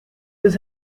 this